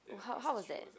how how was that